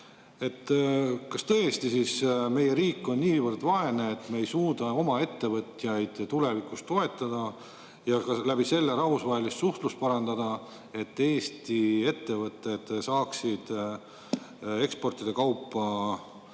Kas tõesti meie riik on niivõrd vaene, et me ei suuda oma ettevõtjaid tulevikus toetada ja selle abil rahvusvahelist suhtlust parandada, et Eesti ettevõtted saaksid eksportida kaupa